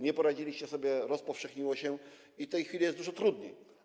Nie poradziliście sobie, rozpowszechniło się i w tej chwili jest dużo trudniej.